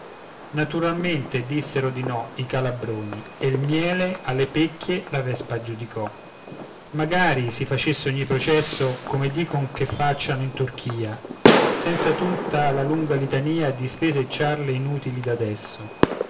naturalmente dissero di no i calabroni e il miele alle pecchie la vespa giudicò magari si facesse ogni processo come dicon che facciano in turchia senza tutta la lunga litania di spese e ciarle inutili d'adesso